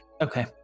Okay